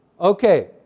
Okay